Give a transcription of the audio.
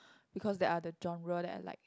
because that are the genre that I like